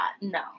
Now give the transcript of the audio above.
No